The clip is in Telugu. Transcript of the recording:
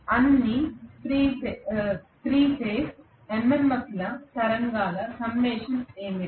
అన్ని 3 MMF తరంగాల సమ్మషన్ ఏమిటి